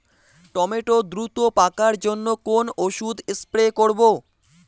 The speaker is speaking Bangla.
টমেটো দ্রুত পাকার জন্য কোন ওষুধ স্প্রে করব?